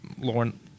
Lauren